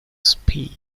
speed